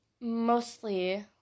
mostly